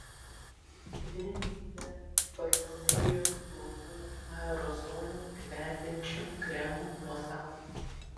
venkite parfumerijos plaukų aerozolių kvepiančių kremų nuo saulės